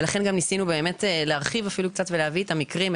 ולכן ניסינו להרחיב אפילו קצת ולהביא את המקרים,